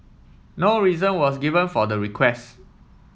no reason was given for the request